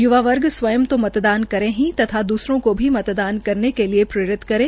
य्वा वर्ग स्वयं तो मतदान करे ही तथा द्रसरों को भी मतदान करने के लिये प्रेरित करे